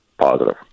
positive